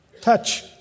Touch